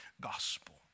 gospel